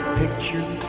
picture